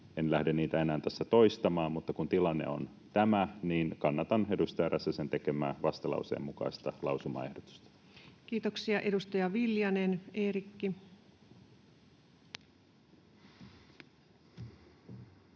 En lähde niitä enää tässä toistamaan. Mutta kun tilanne on tämä, niin kannatan edustaja Räsäsen tekemää vastalauseen mukaista lausumaehdotusta. [Speech 153] Speaker: